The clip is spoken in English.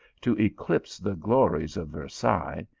to eclipse the glories of versailles,